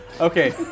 Okay